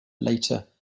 later